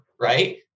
right